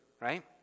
right